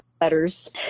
letters